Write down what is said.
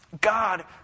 God